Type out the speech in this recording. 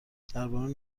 درباره